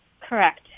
Correct